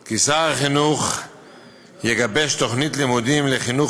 כי שר החינוך יגבש תוכנית לימודים לחינוך